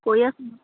কৰি আছো মই